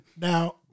Now